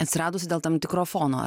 atsiradusi dėl tam tikro fono